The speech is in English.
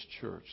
church